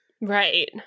right